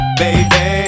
baby